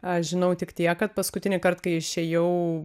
aš žinau tik tiek kad paskutinįkart kai išėjau